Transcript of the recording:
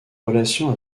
relation